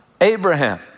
Abraham